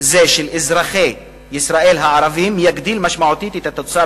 זה של אזרחי ישראל הערבים יגדיל משמעותית את התוצר